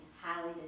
highly